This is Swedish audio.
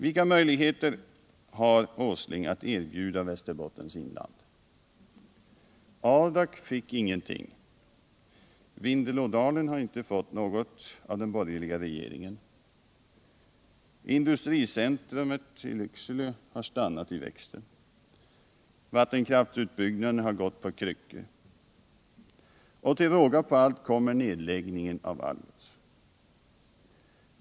Vilka möjligheter har Nils Åsling att erbjuda Västerbottens inland? Adak fick ingenting, Vindelådalen har inte fått något av den borgerliga regeringen, industricentrum i Lycksele har stannat i växten, vattenkraftsutbyggnaden har gått på kryckor — och till råga på allt kommer nedläggningen av Algots.